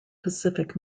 pacific